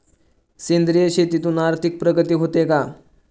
सेंद्रिय शेतीतून आर्थिक प्रगती होते का?